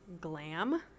glam